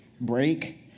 Break